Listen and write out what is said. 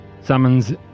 summons